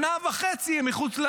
שנה וחצי מחוץ,